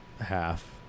half